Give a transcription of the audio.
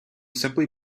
simply